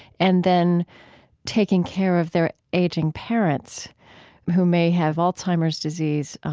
and then taking care of their aging parents who may have alzheimer's disease,